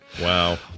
Wow